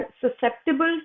susceptible